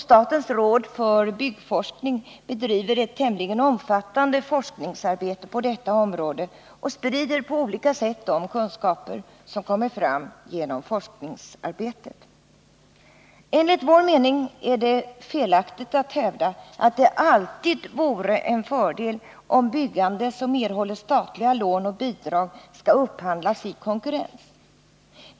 Statens råd för byggforskning bedriver ett tämligen omfattande forskningsarbete på detta område och sprider på olika sätt de kunskaper som kommer fram genom forskningsarbetet. Enligt vår mening är det felaktigt att hävda att det alltid vore en fördel om byggande som erhåller statliga lån och bidrag skall upphandlas i konkurrens.